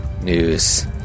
news